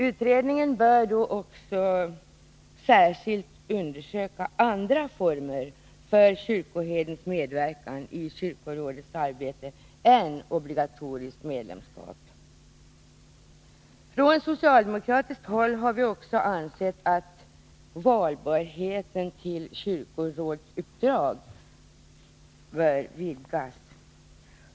Utredningen bör också särskilt undersöka andra former för kyrkoherdens medverkan i kyrkorådets arbete än obligatoriskt medlemskap. Från socialdemokratiskt håll har vi också ansett att valbarheten till kyrkorådsuppdrag bör vidgas.